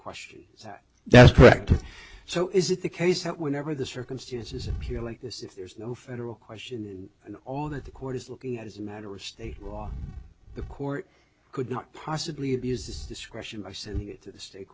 question that that's correct so is it the case that whenever the circumstances appear like this if there is no federal question and all that the court is looking at as a matter of state law the court could not possibly abuses discretion by sending it to the state